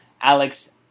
Alex